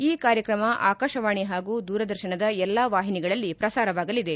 ಈ ಕಾರ್ಯಕ್ರಮ ಆಕಾಶವಾಣಿ ಹಾಗೂ ದೂರದರ್ಶನದ ಎಲ್ಲಾ ವಾಹಿನಿಗಳಲ್ಲಿ ಪ್ರಸಾರವಾಗಲಿದೆ